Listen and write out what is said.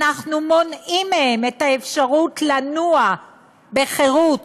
אנחנו מונעים מהם את האפשרות לנוע בחירות